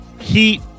Heat